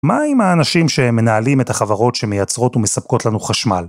מה עם האנשים שמנהלים את החברות שמייצרות ומספקות לנו חשמל?